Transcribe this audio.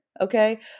Okay